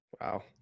Wow